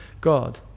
God